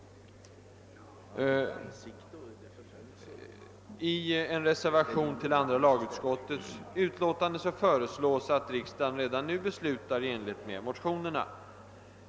I en reservation till andra lagutskottets utlåtande föreslås att riksdagen redan nu beslutar i enlighet med motionerna.